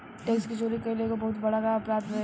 tax के चोरी कईल एगो बहुत बड़का अपराध बावे